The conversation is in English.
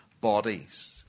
bodies